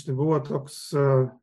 štai buvo toks